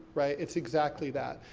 right, it's exactly that.